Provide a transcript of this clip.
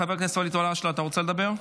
חבר הכנסת ואליד אלהואשלה, אתה רוצה לדבר?